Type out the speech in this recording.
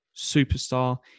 superstar